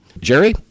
Jerry